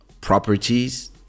properties